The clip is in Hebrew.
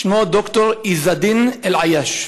שמו ד"ר עז א-דין אבו אל-עייש.